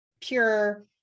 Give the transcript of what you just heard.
pure